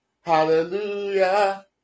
hallelujah